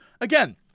again